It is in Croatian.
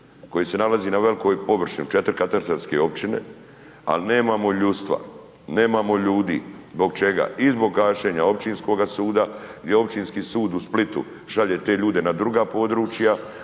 koji se nalazi na velikoj površini, 4 katastarske općine, al nemamo ljudstva, nemamo ljudi, zbog čega? I zbog gašenja općinskoga suda gdje Općinski sud u Splitu šalje te ljude na druga područja,